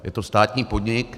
Je to státní podnik.